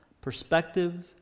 Perspective